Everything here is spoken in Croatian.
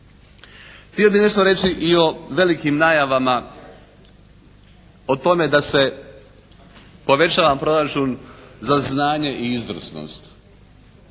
Htio bi nešto reći i o velikim najavama o tome da se povećava proračun za znanje i izvrsnost.